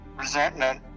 resentment